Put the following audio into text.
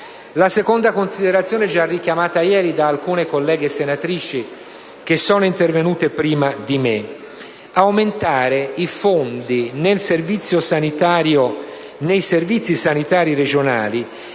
La seconda considerazione è stata già richiamata ieri da alcune colleghe senatrici, che sono intervenute prima di me: aumentare i fondi a disposizione dei servizi sanitari regionali